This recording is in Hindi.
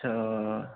अच्छा